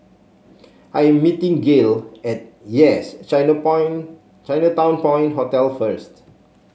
I am meeting Gale at Yes China Point Chinatown Point Hotel first